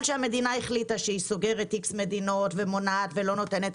שהמדינה החליטה שהיא סוגרת X מדינות ומונעת ולא נותנת.